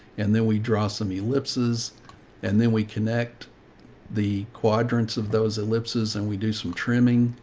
and then we draw some ellipses and then we connect the quadrants of those ellipses and we do some trimming.